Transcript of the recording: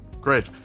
great